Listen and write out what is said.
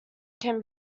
can